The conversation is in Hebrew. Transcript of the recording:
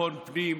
לביטחון פנים,